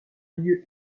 lieu